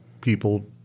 people